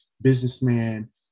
businessman